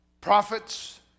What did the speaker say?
prophets